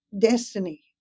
destiny